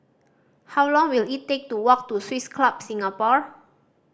how long will it take to walk to Swiss Club Singapore